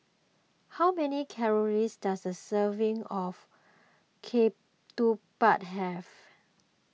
how many calories does a serving of Ketupat have